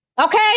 okay